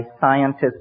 scientists